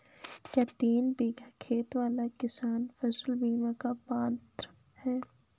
क्या तीन बीघा खेत वाला किसान फसल बीमा का पात्र हैं?